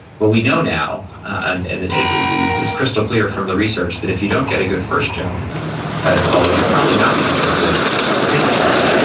but we know now and and this is is crystal clear from the research that if you don't get a good first job out of college, you're probably not going to get a good fifth job.